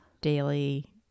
daily